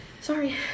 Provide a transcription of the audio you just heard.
Sorry